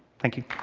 thank you.